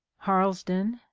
harlesden,